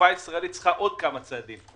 התעופה הישראלית צריכה עוד כמה צעדים.